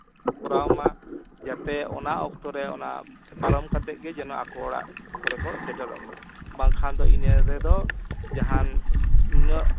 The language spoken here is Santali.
ᱠᱚᱨᱟᱣ ᱢᱟ ᱡᱟᱛᱮ ᱚᱱᱟ ᱚᱠᱛᱚ ᱨᱮ ᱚᱱᱟ ᱯᱟᱨᱚᱢ ᱠᱟᱛᱮᱫ ᱜᱮ ᱡᱮᱱᱚ ᱟᱠᱚ ᱚᱲᱟᱜ ᱠᱚᱨᱮ ᱠᱚ ᱥᱮᱴᱨᱚᱜ ᱢᱟ ᱵᱟᱝᱠᱷᱟᱱ ᱫᱚ ᱤᱱᱟᱹ ᱨᱮᱫᱚ ᱡᱟᱦᱟᱱ ᱱᱩᱱᱟᱹᱜ